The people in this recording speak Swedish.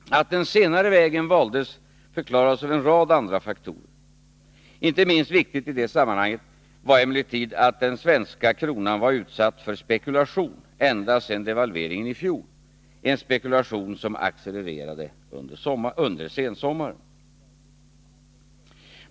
Att den senare vägen valdes, förklaras av en rad andra faktorer. Inte minst viktigt i detta sammanhang var emellertid att den svenska kronan var utsatt för spekulation ända sedan devalveringen i fjol, en spekulation som accelererade under sensommaren.